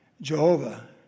Jehovah